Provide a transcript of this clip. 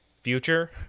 future